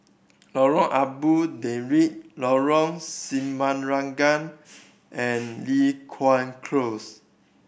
Lorong Abu Talib Lorong Semangka and Li Hwan Close